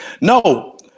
no